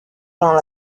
pendant